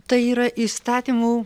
tai yra įstatymų